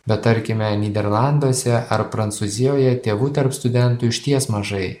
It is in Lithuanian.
bet tarkime nyderlanduose ar prancūzijoje tėvų tarp studentų išties mažai